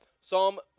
Psalm